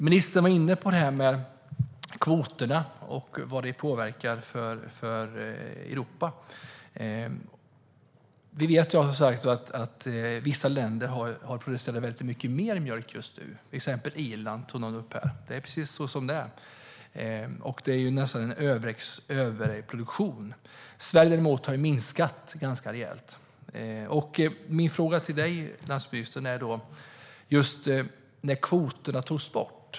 Ministern var inne på det här med kvoterna och hur det påverkar Europa. Vi vet att vissa länder producerar väldigt mycket mer mjölk just nu. Någon tog upp Irland som exempel här. Det är precis så det är. Det är nästan en överproduktion där. I Sverige däremot har produktionen minskat ganska rejält. Min fråga till landsbygdsministern handlar om när kvoterna togs bort.